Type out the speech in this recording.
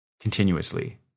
continuously